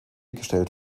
gestellt